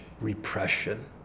repression